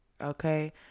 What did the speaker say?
Okay